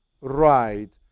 right